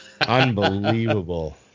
Unbelievable